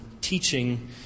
teaching